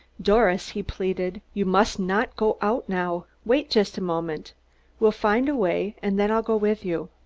doris, he pleaded, you must not go out now. wait just a moment we'll find a way, and then i'll go with you.